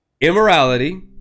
immorality